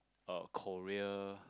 uh Korea